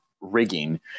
rigging